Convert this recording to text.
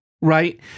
right